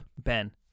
Ben